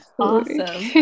Awesome